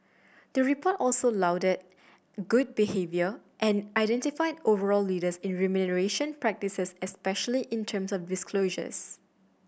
the report also lauded good behaviour and identified overall leaders in remuneration practices especially in terms of disclosure